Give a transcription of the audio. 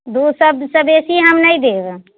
दू सए से बेसी हम नहि देब